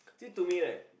to me right